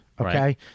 Okay